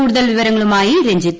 കൂടുതൽ വിവരങ്ങളുമായി രഞ്ജിത്ത്